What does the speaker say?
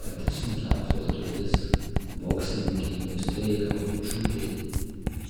pati sunkiausia užduotis boksininkei austėjai aučiūtei